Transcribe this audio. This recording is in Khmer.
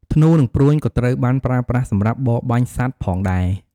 ធ្នូ និងព្រួញក៏ត្រូវបានប្រើប្រាស់សម្រាប់បរបាញ់សត្វផងដែរ។